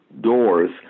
doors